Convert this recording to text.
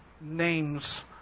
names